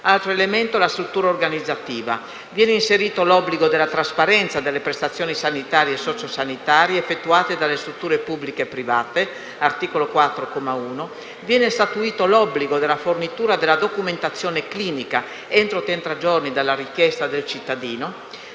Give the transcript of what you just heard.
altro aspetto riguarda la struttura organizzativa: viene inserito l'obbligo alla trasparenza delle prestazioni sanitarie e sociosanitarie effettuate dalle strutture pubbliche e private (articolo 4, comma 1); viene statuito l'obbligo della fornitura della documentazione clinica entro trenta giorni dalla richiesta del cittadino